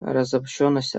разобщенность